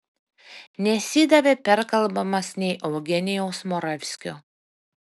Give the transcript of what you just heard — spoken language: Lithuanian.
nesidavė perkalbamas nei eugenijaus moravskio